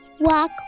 Walk